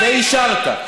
ואישרת.